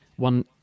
one